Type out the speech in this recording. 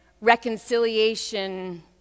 reconciliation